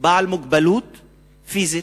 עם מוגבלות פיזית,